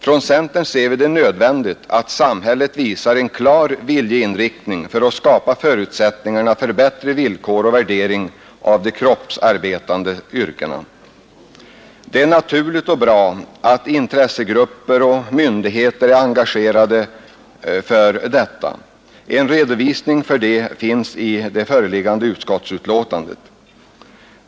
Från centern ser vi det som nödvändigt att samhället visar en klar viljeinriktning för att skapa förutsättningarna för bättre villkor och värdering av de kroppsarbetande yrkena. Det är naturligt och bra att intressegrupper och myndigheter är engagerade för detta. En redovisning härför finns i utskottsbetänkandet.